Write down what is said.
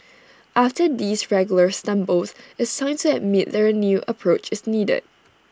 after these regular stumbles it's time to admit that A new approach is needed